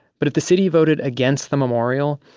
but if the city voted against the memorial,